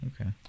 Okay